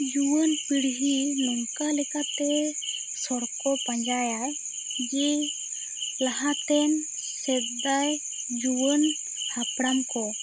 ᱡᱩᱣᱟᱹᱱ ᱯᱤᱲᱦᱤ ᱱᱚᱝᱠᱟ ᱞᱮᱠᱟᱛᱮ ᱥᱚᱲᱠᱚ ᱯᱟᱸᱡᱟᱭᱟ ᱡᱮ ᱞᱟᱦᱟᱛᱮᱱ ᱥᱮᱫᱟᱭ ᱡᱩᱣᱟᱹᱱ ᱦᱟᱯᱲᱟᱢ ᱠᱚ